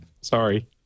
Sorry